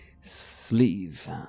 sleeve